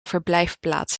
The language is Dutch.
verblijfplaats